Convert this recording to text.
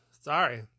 sorry